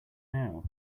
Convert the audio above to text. now